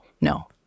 no